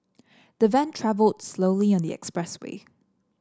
the van travelled slowly on the expressway